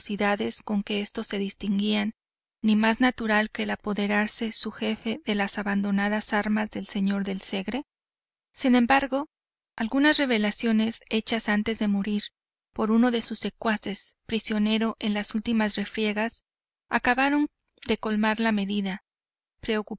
ferocidades con que estos se distinguían ni más natural que el apoderarse su jefe de las abandonadas armas del señor del segre sin embargo algunas revelaciones hechas antes de morir por uno de sus secuaces prisionero en las últimas refriegas acabaron de colmar la medida